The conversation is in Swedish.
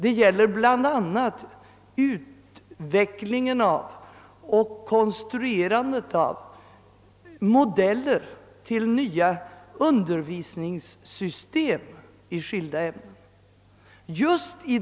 Det gäller bl.a. utvecklingen och konstruerandet av modeller till nya undervisningssystem i skilda ämnen.